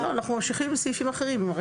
לא, אנחנו ממשיכים בסעיפים אחרים.